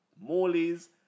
Morley's